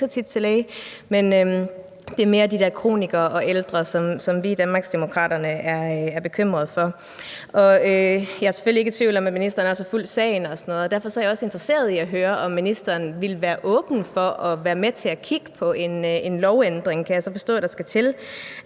det er mere de der kronikere og ældre, som vi i Danmarksdemokraterne er bekymrede for. Jeg er selvfølgelig ikke i tvivl om, at ministeren også har fulgt sagen og sådan noget, og derfor er jeg også interesseret i at høre, om ministeren ville være åben for at være med til at kigge på en lovændring, som jeg så kan forstå der skal til,